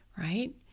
right